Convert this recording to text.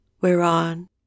Whereon